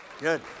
Good